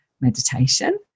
meditation